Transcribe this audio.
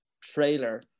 trailer